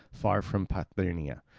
far from parthenia,